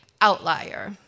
Outlier